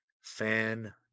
Fan